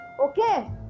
Okay